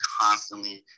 constantly